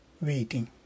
waiting